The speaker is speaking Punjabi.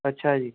ਅੱਛਾ ਜੀ